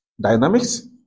Dynamics